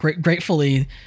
gratefully